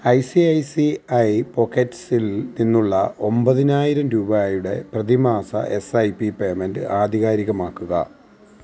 I C I C I പോക്കറ്റ്സിൽ നിന്നുള്ള ഒമ്പതിനായിരം രൂപയുടെ പ്രതിമാസ എസ് ഐ പി പേയ്മെൻറ് ആധികാരികമാക്കുക